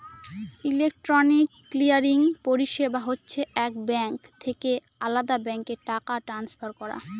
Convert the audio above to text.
electronic clearing পরিষেবা হচ্ছে এক ব্যাঙ্ক থেকে আলদা ব্যাঙ্কে টাকা ট্রান্সফার করা